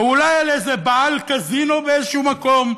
או אולי על איזה בעל קזינו באיזה מקום?